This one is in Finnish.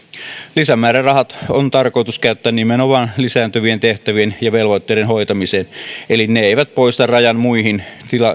lisämäärärahat on tarkoitus käyttää nimenomaan lisääntyvien tehtävien ja velvoitteiden hoitamiseen eli ne eivät poista rajan muihin